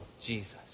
Jesus